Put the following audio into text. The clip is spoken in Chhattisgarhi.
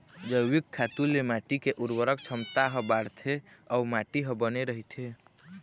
जइविक खातू ले माटी के उरवरक छमता ह बाड़थे अउ माटी ह बने रहिथे